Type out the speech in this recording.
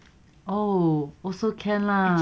oh also can lah